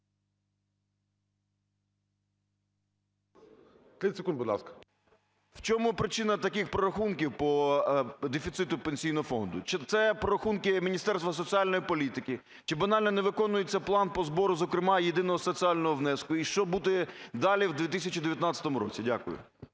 В чому причина таких прорахунків по дефіциту Пенсійного фонду? Чи це прорахунки Міністерства соціальної політики? Чи банально не виконується план по збору, зокрема єдиного соціального внеску, і що буде далі в 2019 році? Дякую.